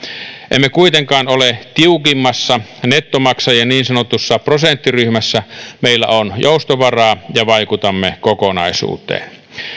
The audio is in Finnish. emme kuitenkaan ole tiukimmassa nettomaksajien niin sanotussa prosenttiryhmässä meillä on joustovaraa ja vaikutamme kokonaisuuteen